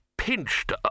pinched